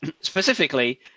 Specifically